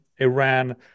Iran